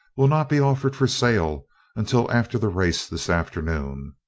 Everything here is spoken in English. will not be offered for sale until after the race this afternoon.